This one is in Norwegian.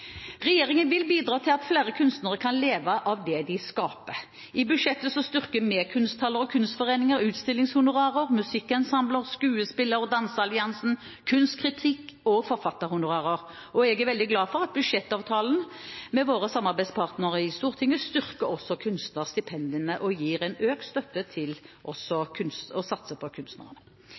Regjeringen vil bidra til at flere kunstnere kan leve av det de skaper. I budsjettet styrker vi kunsthaller og kunstforeninger, utstillingshonorarer, musikkensembler, Skuespiller- og danseralliansen, kunstkritikk og forfatterhonorarer. Jeg er veldig glad for at budsjettavtalen med våre samarbeidspartnere i Stortinget også styrker kunstnerstipendene og gir økt støtte til å satse på